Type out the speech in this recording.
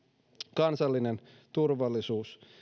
kansallinen turvallisuus